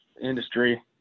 industry